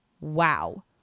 Wow